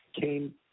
came